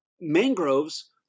mangroves